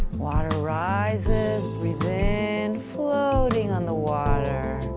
water rises breathe in, floating on the water,